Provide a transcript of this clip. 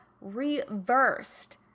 reversed